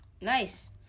Nice